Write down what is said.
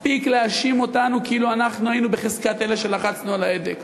מספיק להאשים אותנו כאילו אנחנו היינו בחזקת אלה שלחצנו על ההדק.